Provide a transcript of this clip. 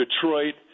Detroit